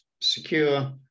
secure